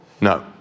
No